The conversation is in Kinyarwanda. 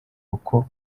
uko